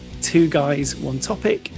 TwoGuysOneTopic